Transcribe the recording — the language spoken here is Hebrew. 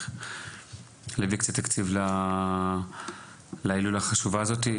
להביא קצת תקציב להילולה החשובה הזאת.